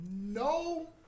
No